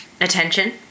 attention